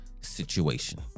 situation